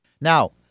Now